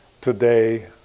today